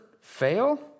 fail